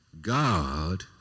God